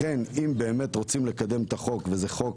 לכן אם באמת רוצים לקדם את החוק וזה חוק